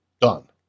Done